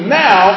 now